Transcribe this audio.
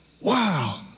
Wow